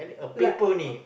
luck lor